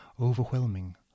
overwhelming